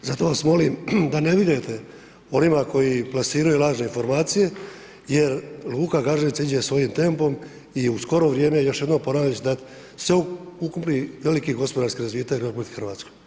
Zato vas molim da ne vjerujete onima koji plasiraju lažne informacije jer luka Gaženica ide svojim tempom i u skoro vrijeme, još jednom ponavljam, će dat sveukupni veliki gospodarski razvitak RH.